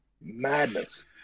Madness